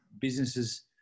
businesses